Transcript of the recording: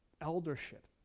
eldership